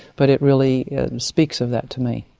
but it really speaks of that to me.